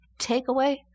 Takeaway